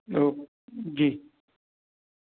okay जी